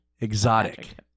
exotic